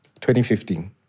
2015